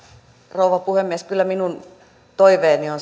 rouva puhemies kyllä minun toiveeni on